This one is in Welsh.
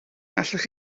allech